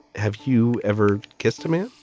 have you ever kissed a man?